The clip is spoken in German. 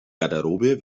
garderobe